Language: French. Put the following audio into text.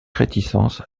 réticence